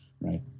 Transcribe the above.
right